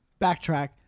backtrack